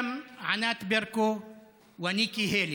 מעל לערכים של ענת ברקו וניקי היילי,